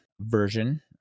version